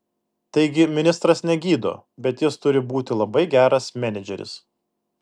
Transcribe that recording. taigi ministras negydo bet jis turi būti labai geras menedžeris